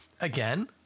again